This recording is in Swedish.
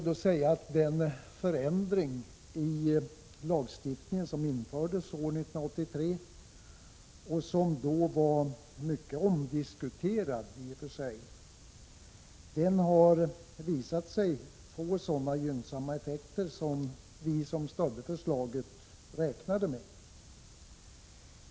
Den förändring av lagstiftningen som infördes år 1983 och som då var mycket omdiskuterad har visat sig få sådana gynnsamma effekter som vi som stödde förslaget räknade med.